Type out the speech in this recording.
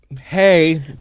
Hey